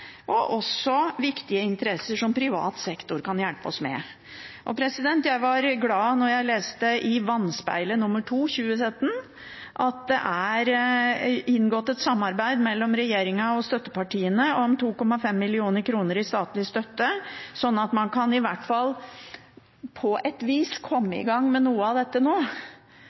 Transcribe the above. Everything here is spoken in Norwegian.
og også viktige interesser som privat sektor kan hjelpe oss med. Jeg var glad da jeg leste i Vannspeilet nr. 2-2017 at det er inngått et samarbeid mellom regjeringen og støttepartiene om 2,5 mill. kr i statlig støtte, sånn at man i hvert fall på et vis kan komme i gang med noe av dette nå.